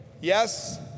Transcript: Yes